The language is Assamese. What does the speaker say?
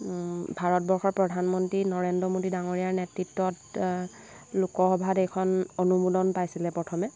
ভাৰতবৰ্ষৰ প্ৰধান মন্ত্ৰী নৰেন্দ্ৰ মোডী ডাঙৰীয়াৰ নেতৃত্বত লোকসভাত এইখন অনুমোদন পাইছিলে প্ৰথমে